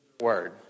word